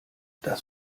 das